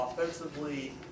Offensively